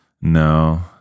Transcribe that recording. No